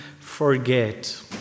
forget